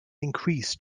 increase